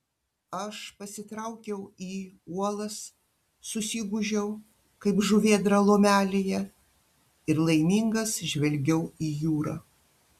aš pasitraukiau į uolas susigūžiau kaip žuvėdra lomelėje ir laimingas žvelgiau į jūrą